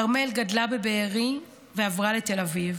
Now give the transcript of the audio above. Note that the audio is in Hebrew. כרמל גדלה בבארי ועברה לתל אביב.